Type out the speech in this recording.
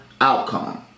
outcome